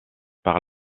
par